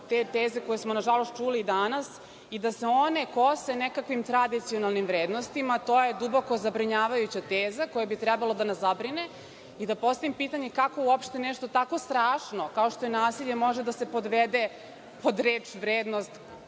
te teze koje smo nažalost čuli i danas, i da se one kose nekakvim tradicionalnim vrednostima, to je duboko zabrinjavajuća teza koja bi trebalo da nas zabrine. I da postavim pitanje – kako uopšte nešto tako strašno kao što je nasilje može da se podvede pod reč vrednost,